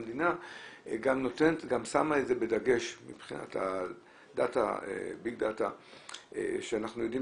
המדינה גם שמה את זה בדגש מבחינת הביג דאטה שאנחנו יודעים